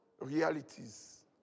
realities